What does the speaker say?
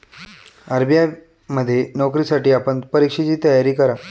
RBI मध्ये नोकरीसाठी आपण परीक्षेची तयारी करा